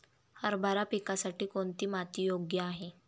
हरभरा पिकासाठी कोणती माती योग्य आहे?